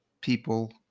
people